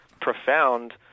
profound